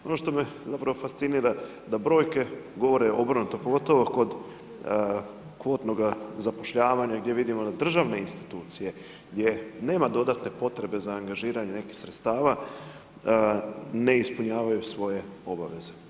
Ono što me zapravo fascinira, da brojke govore obrnuto, pogotovo kod kvotnoga zapošljavanja gdje vidimo da državne institucije gdje nema dodatne potrebe za angažiranje nekih sredstava ne ispunjavaju svoje obaveze.